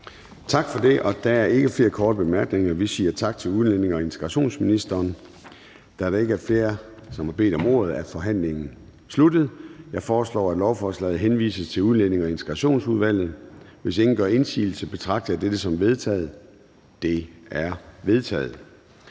Tak for det. Der er ikke flere korte bemærkninger, så vi siger tak til udlændinge- og integrationsministeren. Da der ikke er flere, som har bedt om ordet, er forhandlingen sluttet. Jeg foreslår, at lovforslaget henvises til Udlændinge- og Integrationsudvalget. Hvis ingen gør indsigelse, betragter jeg dette som vedtaget. Det er vedtaget.